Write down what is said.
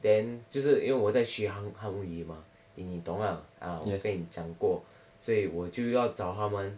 then 就是因为我在学韩韩语嘛你你懂吗啊我跟你讲过所以我就要找他们